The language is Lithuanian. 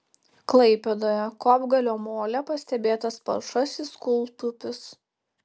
klaipėdoje kopgalio mole pastebėtas palšasis kūltupis